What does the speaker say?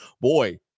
Boy